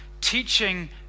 teaching